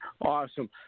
Awesome